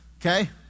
Okay